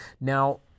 Now